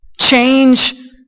Change